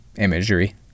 imagery